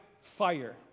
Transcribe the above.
fire